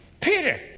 Peter